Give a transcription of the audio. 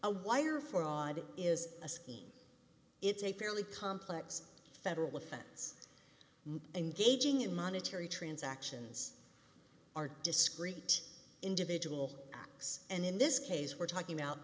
a wire fraud is a scheme it's a fairly complex federal offense engaging in monetary transactions are discrete individual acts and in this case we're talking about